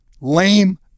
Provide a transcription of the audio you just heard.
lame